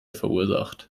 verursacht